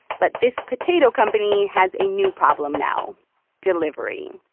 but this potato company has a new problem now delivery.